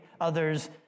others